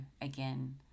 again